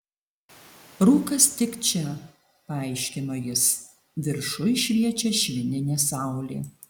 rūkas tik čia paaiškino jis viršuj šviečia švininė saulė